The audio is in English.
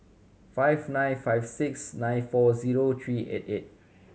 five nine five six nine four zero three eight eight